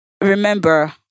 Remember